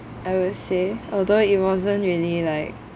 I would say although it wasn't really like